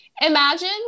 imagine